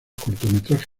cortometrajes